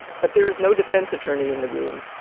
but there is no defense attorney in the room.